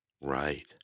Right